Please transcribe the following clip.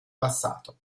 passato